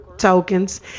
tokens